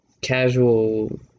casual